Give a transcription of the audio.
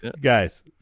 guys